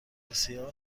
بسیار